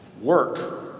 Work